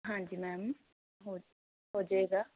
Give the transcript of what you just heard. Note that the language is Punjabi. ਹਾਂਜੀ ਮੈਮ ਹੋ ਜਾਏਗਾ